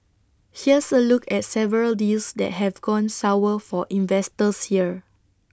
here's A look at several deals that have gone sour for investors here